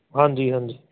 ਹਾਂਜੀ ਹਾਂਜੀ